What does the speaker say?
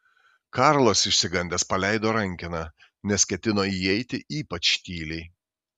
karlas išsigandęs paleido rankeną nes ketino įeiti ypač tyliai